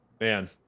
man